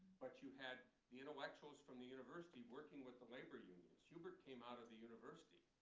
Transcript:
but you had the intellectuals from the university working with the labor unions. hubert came out of the university.